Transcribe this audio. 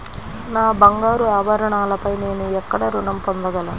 నా బంగారు ఆభరణాలపై నేను ఎక్కడ రుణం పొందగలను?